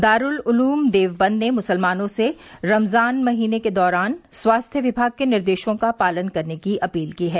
दारूल उल्म देवबंद ने मूसलमानों से रमजान के महीने के दौरान स्वास्थ्य विभाग के निर्देशों का पालन करने की अपील की है